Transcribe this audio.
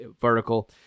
vertical